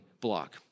block